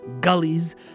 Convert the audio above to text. gullies